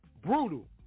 Brutal